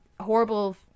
horrible